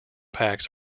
packs